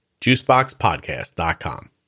Juiceboxpodcast.com